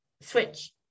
Switch